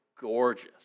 gorgeous